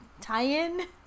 tie-in